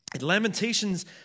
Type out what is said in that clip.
Lamentations